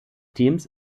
teams